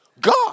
God